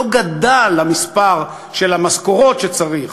לא גדל המספר של המשכורות שצריך.